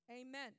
Amen